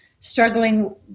struggling